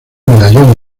medallón